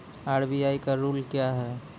RBI का rule क्या हैं?